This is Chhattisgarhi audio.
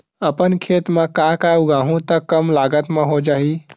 अपन खेत म का का उगांहु त कम लागत म हो जाही?